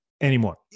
anymore